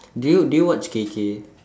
do you do you watch K K